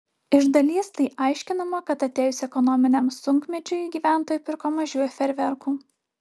iš dalies tai aiškinama kad atėjus ekonominiam sunkmečiui gyventojai pirko mažiau fejerverkų